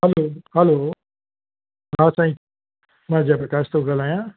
हलो hello हा साईं मां जय प्रकाश थो ॻाल्हायां